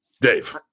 Dave